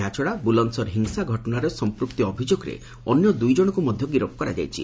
ଏହାଛଡ଼ା ବୁଲନ୍ଦସର ହିଂସା ଘଟଣାରେ ସଂପୃକ୍ତି ଅଭିଯୋଗରେ ଅନ୍ୟ ଦୁଇ ଜଣଙ୍କୁ ମଧ୍ୟ ଗିରଫ୍ କରାଯାଇଛି